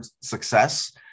success